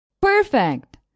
Perfect